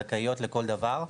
זכאיות לכל דבר,